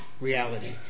reality